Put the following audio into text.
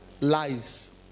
Lies